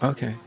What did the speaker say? Okay